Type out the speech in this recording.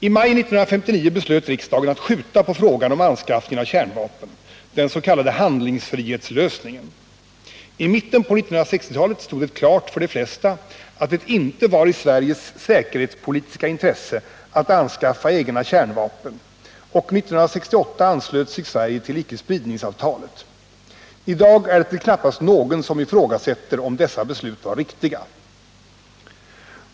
I maj 1959 beslöt riksdagen att skjuta på frågan om anskaffning av kärnvapen — den s.k. handlingsfrihetslösningen. I mitten på 1960-talet stod det klart för de flesta att det inte var i Sveriges säkerhetspolitiska intresse att anskaffa egna kärnvapen, och 1968 anslöt sig Sverige till icke-spridningsavtalet. I dag är det väl knappast någon som ifrågasätter om dessa beslut var riktiga.